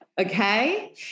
okay